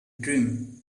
dream